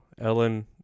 Ellen